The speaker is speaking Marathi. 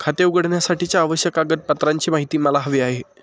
खाते उघडण्यासाठीच्या आवश्यक कागदपत्रांची माहिती मला हवी आहे